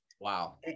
Wow